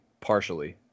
partially